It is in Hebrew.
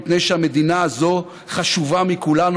מפני שהמדינה הזאת חשובה מכולנו,